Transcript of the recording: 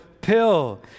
pill